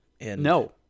No